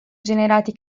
generati